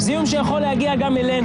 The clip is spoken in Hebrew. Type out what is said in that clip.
אז בעצם אתה לא יכול לתת לנו נתון